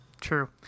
true